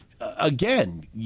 again